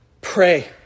pray